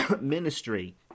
ministry